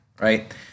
right